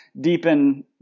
deepen